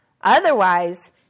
Otherwise